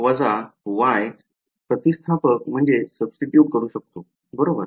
मी x y प्रतिस्थापक करू शकतो बरोबर